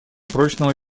прочного